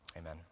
Amen